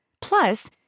Plus